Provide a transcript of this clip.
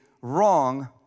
wrong